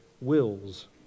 wills